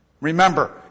remember